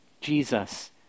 Jesus